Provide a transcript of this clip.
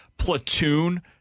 platoon